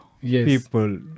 people